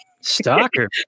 Stalker